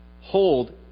hold